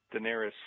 Daenerys